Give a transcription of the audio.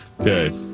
Okay